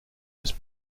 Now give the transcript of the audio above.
was